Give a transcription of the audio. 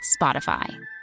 Spotify